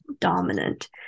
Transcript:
dominant